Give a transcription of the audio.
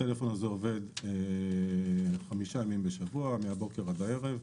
הוא עובד חמישה ימים בשבוע מהבוקר ועד הערב.